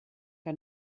que